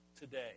today